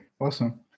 Awesome